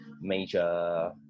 major